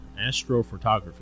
astrophotography